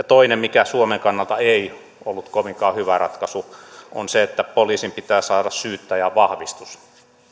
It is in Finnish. toinen mikä suomen kannalta ei ollut kovinkaan hyvä ratkaisu on se että poliisin pitää saada syyttäjän vahvistus